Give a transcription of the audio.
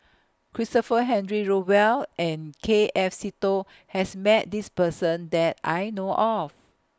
Christopher Henry Rothwell and K F Seetoh has Met This Person that I know of